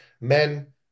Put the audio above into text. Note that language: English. Men